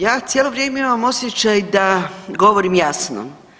Ja cijelo vrijeme imam osjećaj da govorim jasno.